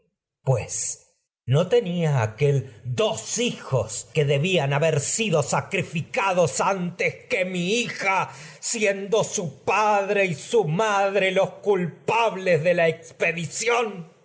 pues no tenía aquél dos hijos que debían antes haber sido sacrifi cados que mi hija siendo su padre y su madre los culpables de la expedición